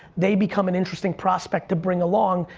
they become an interesting prospect to bring along,